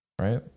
right